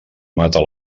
mata